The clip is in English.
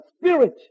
spirit